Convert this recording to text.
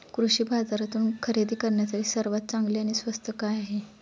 कृषी बाजारातून खरेदी करण्यासाठी सर्वात चांगले आणि स्वस्त काय आहे?